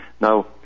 Now